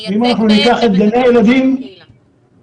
מייצג, בעצם, את הנתונים בקהילה.